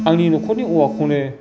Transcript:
आंनि न'खरनि औवाखौनो